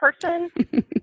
person